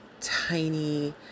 tiny